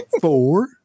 four